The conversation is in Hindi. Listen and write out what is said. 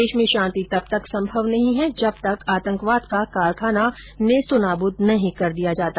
देश में शांति तब तक संभव नहीं है जब तक आतंकवाद का कारखाना नेस्तनाबूद नहीं कर दिया जाता